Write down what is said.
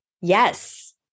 Yes